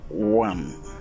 one